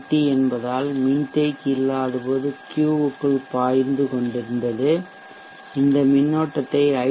D என்பதால் மின்தேக்கி இல்லாதபோது கியூவுக்குள் பாய்ந்து கொண்டிருந்தது இந்த மின்னோட்டத்தை ஐ